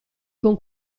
con